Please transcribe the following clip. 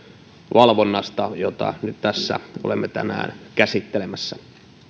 valvonnasta jota nyt tässä olemme tänään käsittelemässä